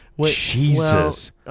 Jesus